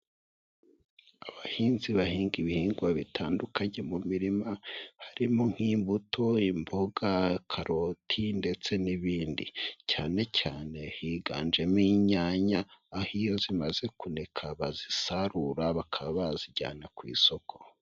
Abahinzi bahinga ibihingwa bitandukanye mu mirima, harimo nk'imbuto, imboga, karoti ndetse n'ibindi, cyane cyane higanjemo inyanya, aho iyo zimaze kuneka bazisarura bakaba bazijyana ku isoko.